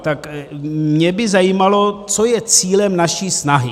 Tak mě by zajímalo, co je cílem naší snahy.